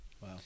Wow